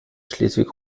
schleswig